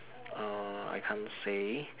uh I can't say